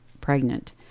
pregnant